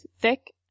thick